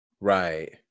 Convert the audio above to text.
Right